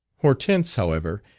hortense, however,